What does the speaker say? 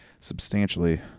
substantially